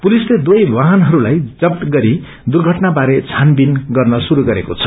पुलिसले दुवै वाहनहस्लाई जफ्त गरी दुर्घटना बारे छानवीन गर्न शुरू गरेको छ